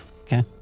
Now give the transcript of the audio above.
Okay